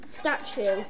statue